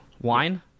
wine